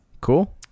Cool